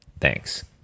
Thanks